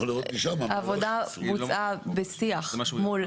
העבודה בוצעה בשיח מול המשרדים הרלוונטיים.